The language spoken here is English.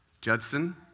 Judson